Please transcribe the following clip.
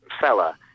fella